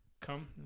come